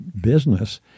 business